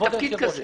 אין תפקיד כזה.